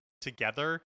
together